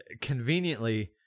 conveniently